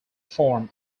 form